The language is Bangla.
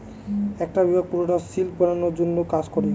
একটা বিভাগ পুরোটা সিল্ক বানানোর জন্য কাজ করে